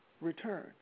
return